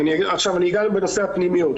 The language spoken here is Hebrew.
אני אגע בנושא הפנימיות.